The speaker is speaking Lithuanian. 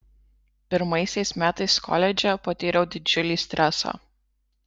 pirmaisiais metais koledže patyriau didžiulį stresą